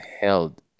held